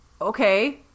okay